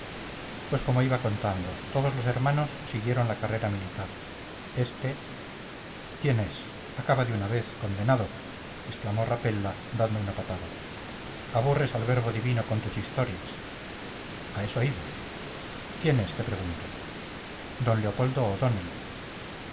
pues como iba contando todos los hermanos siguieron la carrera militar este quién es acaba de una vez condenado exclamó rapella dando una patada aburres al verbo divino con tus historias a eso iba quién es te pregunto d leopoldo